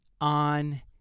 on